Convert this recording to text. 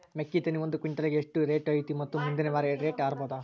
ಮೆಕ್ಕಿ ತೆನಿ ಒಂದು ಕ್ವಿಂಟಾಲ್ ಗೆ ಎಷ್ಟು ರೇಟು ಐತಿ ಮತ್ತು ಮುಂದಿನ ವಾರ ರೇಟ್ ಹಾರಬಹುದ?